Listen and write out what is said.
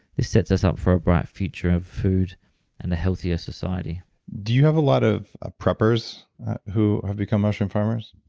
this sets us up for a bright future of food and a healthier society do you have a lot of preppers who have become mushroom farmers?